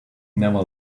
never